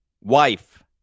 Wife